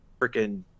freaking